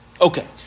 Okay